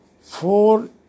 four